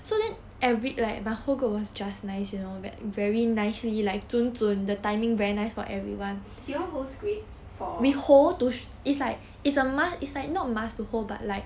do y'all hold script for